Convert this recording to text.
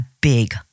big